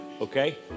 Okay